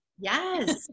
Yes